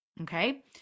okay